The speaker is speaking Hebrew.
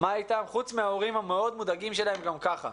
מה אתם חוץ מההורים המאוד מודאגים שלהם גם ככה.